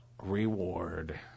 Reward